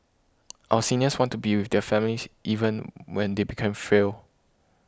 our seniors want to be with their families even when they become frail